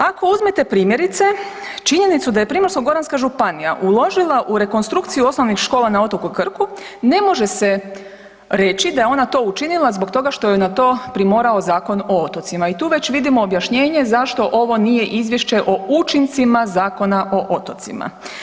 Ako uzmete primjerice činjenicu da je Primorsko-goranska županija uložila u rekonstrukciju osnovnih škola na otoku Krku ne može se reći da je ona to učinila zbog toga što ju je na to primorao Zakon o otocima i tu već vidimo objašnjenje zašto ovo nije Izvješće o učincima Zakona o otocima.